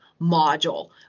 module